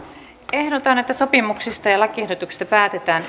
ehdotan että sopimuksesta ja lakiehdotuksista päätetään